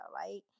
right